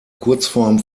kurzform